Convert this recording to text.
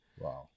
Wow